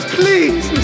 please